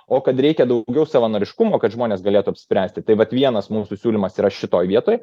o kad reikia daugiau savanoriškumo kad žmonės galėtų apspręsti tai vat vienas mūsų siūlymas yra šitoj vietoj